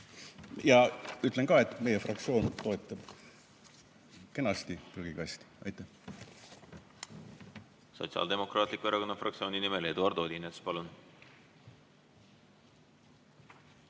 Ja ütlen ka, et meie fraktsioon toetab: kenasti prügikasti. Aitäh! Sotsiaaldemokraatliku Erakonna fraktsiooni nimel Eduard Odinets, palun!